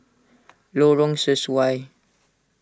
Lorong Sesuai